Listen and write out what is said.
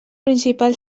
principal